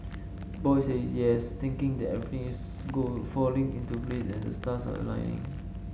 boy says yes thinking that everything is go falling into place and the stars are aligning